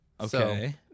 Okay